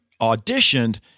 auditioned